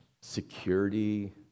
security